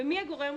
במי הגורם המוסמך,